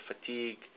fatigue